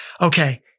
okay